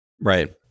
Right